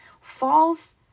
falls